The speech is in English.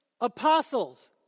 apostles